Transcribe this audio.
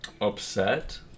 upset